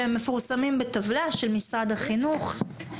שמפורסמים בטבלה של משרד החינוך.